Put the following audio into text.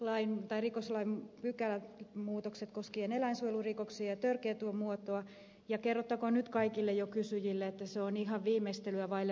karpelan mainitsemat rikoslain pykälämuutokset koskien eläinsuojelurikoksien törkeää muotoa ja kerrottakoon jo nyt kaikille kysyjille että ne ovat ihan viimeistelyä vailla